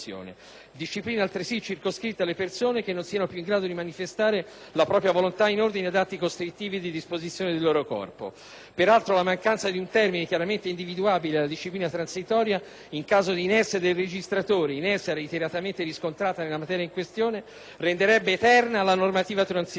disciplina altresì circoscritta alle persone che non siano più in grado di manifestare la propria volontà in ordine ad atti costrittivi di disposizione del loro corpo. Peraltro, la mancanza di un termine chiaramente individuabile alla disciplina transitoria, in caso di inerzia del legislatore - inerzia reiteratamente riscontrata nella materia in questione - renderebbe eterna la normativa transitoria.